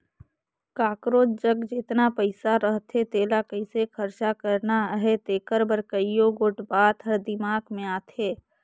काकरोच जग जेतना पइसा रहथे तेला कइसे खरचा करना अहे तेकर बर कइयो गोट बात हर दिमाक में आथे